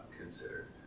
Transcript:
considered